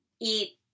eat